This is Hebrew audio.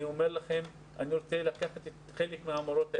אני אומר לכם שאני רוצה לקחת חלק מהמורות האלה,